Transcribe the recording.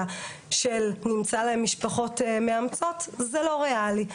של נמצא להם משפחות מאמצות זה לא ריאלי.